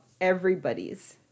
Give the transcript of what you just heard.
Everybody's